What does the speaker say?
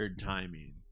timing